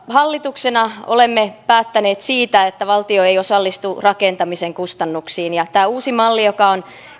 hallituksena olemme päättäneet siitä että valtio ei osallistu rakentamisen kustannuksiin tämä uusi malli joka on